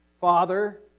Father